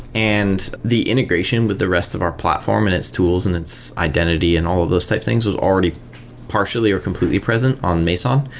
and the integration with the rest of our platform and its tools and its identity and all of those types of things was already partially or completely present on meson.